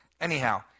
Anyhow